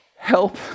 help